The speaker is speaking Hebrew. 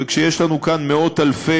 וכשיש לנו כאן מאות-אלפי,